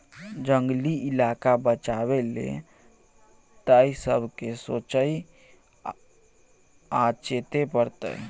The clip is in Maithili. जंगली इलाका बचाबै लेल तए सबके सोचइ आ चेतै परतै